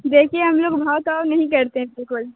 دیکھیے ہم لوگ بھاؤ تاؤ نہیں کرتے